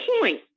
point